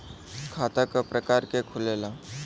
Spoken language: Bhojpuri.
खाता क प्रकार के खुलेला?